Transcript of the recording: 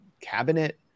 cabinet